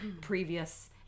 previous